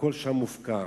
הכול שם מופקר.